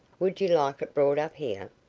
would you like it brought up here?